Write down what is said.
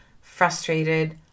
frustrated